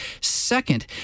Second